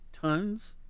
tons